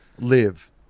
Live